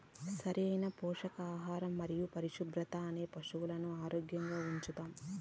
సరైన పోషకాహారం మరియు పరిశుభ్రత అనేది పశువులను ఆరోగ్యంగా ఉంచుతాది